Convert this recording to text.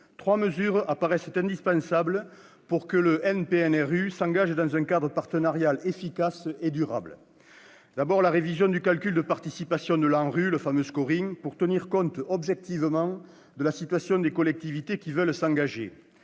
trois mesures apparaissent indispensables pour que le NPNRU s'engage dans un cadre partenarial efficace et durable : d'abord, la révision du calcul de la participation de l'ANRU, le fameux, pour tenir compte objectivement de la situation descollectivitésqui veulent s'engager